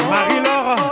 Marie-Laure